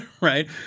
Right